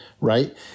right